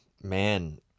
man